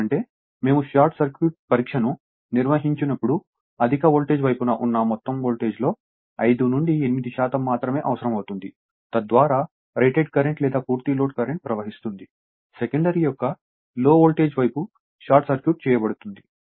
ఎందుకంటే మేము short circuit పరీక్ష ను నిర్వహించినప్పుడు అధిక వోల్టేజ్ వైపున ఉన్న మొత్తం వోల్టేజ్లో 5 నుండి 8 శాతం మాత్రమే అవసరం అవుతుంది తద్వారా రేటెడ్ కరెంట్ లేదా పూర్తి లోడ్ కరెంట్ ప్రవహిస్తుంది సెకండరీ యొక్క లో వోల్టేజ్ వైపు షార్ట్ సర్క్యూట్ చేయబడుతుంది